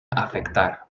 afectar